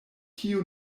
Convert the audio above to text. tio